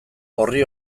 orri